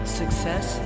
success